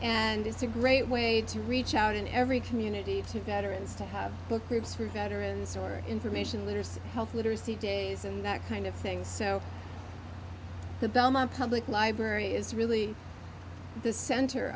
and it's a great way to reach out in every community to veterans to have book groups for veterans or information literacy health literacy days and that kind of thing so the belmont public library is really the center